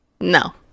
No